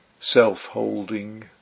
self-holding